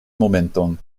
momenton